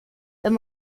wenn